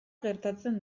gertatzen